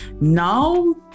now